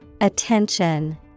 Attention